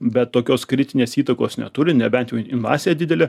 bet tokios kritinės įtakos neturi nebent jau masė didelė